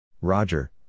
Roger